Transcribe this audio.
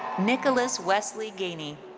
nicholas wesley gainey.